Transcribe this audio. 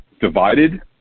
divided